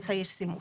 את הישימות.